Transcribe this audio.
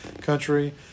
country